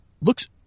Looks